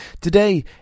Today